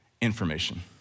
information